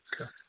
Okay